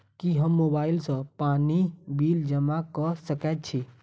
की हम मोबाइल सँ पानि बिल जमा कऽ सकैत छी?